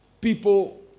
people